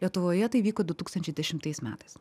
lietuvoje tai įvyko du tūkstančiai dešimtais metais